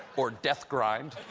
or deathgrind.